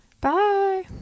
Bye